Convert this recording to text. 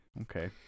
Okay